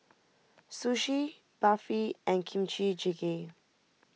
Sushi Barfi and Kimchi Jjigae